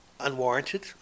unwarranted